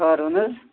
ہٲرون حظ